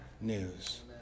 news